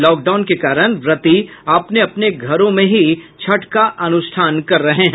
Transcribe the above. lockdown के कारण व्रती अपने अपने घरों में ही छठ का अनुष्ठान कर रहे हैं